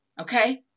Okay